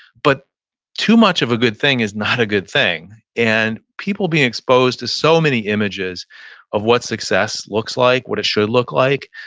but too much of a good thing is not a good thing. and people being exposed to so many images of what success looks like, what it should look like.